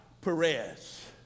Perez